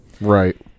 Right